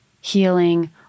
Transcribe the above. healing